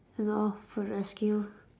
ya lor for rescue